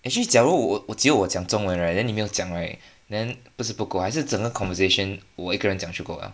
actually 假如我只有我讲中文 right then 你没有讲 right then 不是不够还是整个 conversation 我一个人讲就了